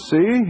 See